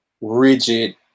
rigid